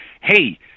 Hey